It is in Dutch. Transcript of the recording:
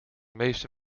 meeste